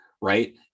right